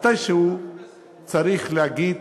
מתישהו צריך להגיד,